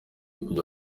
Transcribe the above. kujya